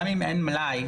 גם אם אין מלאי,